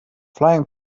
flying